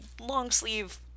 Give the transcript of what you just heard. long-sleeve